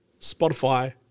Spotify